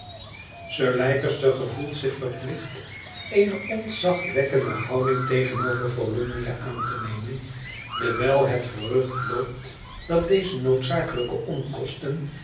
sir leicester gevoelt zich verplicht eene ontzagwekkende houding tegenover volumnia aan te nemen dewijl het gerucht loopt dat deze noodzakelijke onkosten